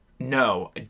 No